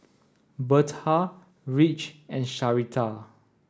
Berta Ridge and Sharita